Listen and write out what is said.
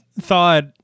thought